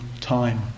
time